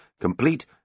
complete